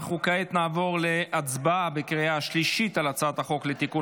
כעת נעבור להצבעה בקריאה שלישית על הצעת החוק לתיקון